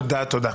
תודה.